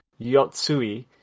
Yotsui